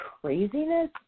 craziness